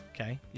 Okay